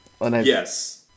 yes